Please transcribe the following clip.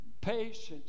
patience